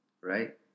Right